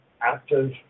active